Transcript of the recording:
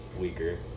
weaker